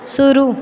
शुरु